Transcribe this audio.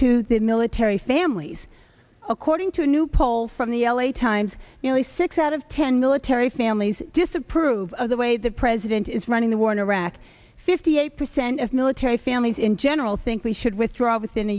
to the military families according to a new poll from the l a times nearly six out of ten military families disapprove of the way the president is running the war in iraq fifty eight percent of military families in general think we should withdraw within a